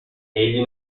egli